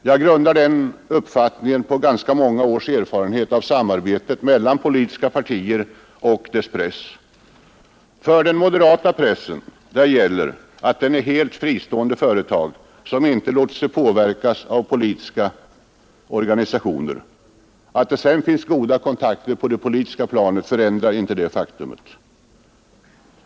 Jag grundar denna uppfattning på ganska många års erfarenhet av samarbetet mellan politiska partier och deras press. För den moderata pressen gäller att den består av helt fristående företag, som inte låter sig påverkas av politiska organisationer. Att det sedan finns goda kontakter på det politiska planet förändrar icke detta faktum.